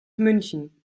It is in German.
münchen